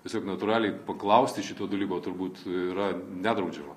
tiesiog natūraliai paklausti šito dalyko turbūt yra nedraudžiama